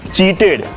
Cheated